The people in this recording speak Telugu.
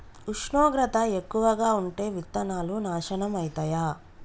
ఉష్ణోగ్రత ఎక్కువగా ఉంటే విత్తనాలు నాశనం ఐతయా?